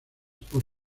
por